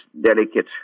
delicate